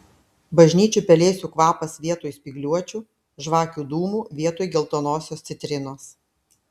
bažnyčių pelėsių kvapas vietoj spygliuočių žvakių dūmų vietoj geltonosios citrinos